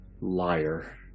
liar